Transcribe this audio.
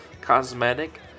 cosmetic